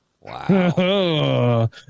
Wow